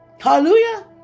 Hallelujah